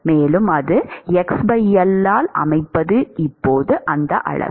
மேலும் x L ஆல் அமைப்பது இப்போது அந்த அளவு